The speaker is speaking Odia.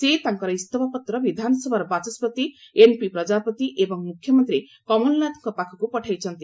ସେ ତାଙ୍କର ଇସ୍ତଫାପତ୍ର ବିଧାନସଭାର ବାଚସ୍କତି ଏନ୍ପି ପ୍ରକାପତି ଏବଂ ମୁଖ୍ୟମନ୍ତ୍ରୀ କମଲନାଥଙ୍କ ପାଖକୁ ପଠାଇଛନ୍ତି